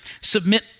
submit